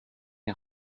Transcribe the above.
est